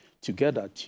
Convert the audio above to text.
together